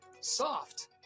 soft